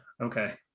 Okay